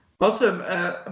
Awesome